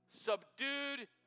subdued